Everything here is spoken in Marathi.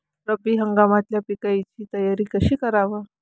रब्बी हंगामातल्या पिकाइची तयारी कशी कराव?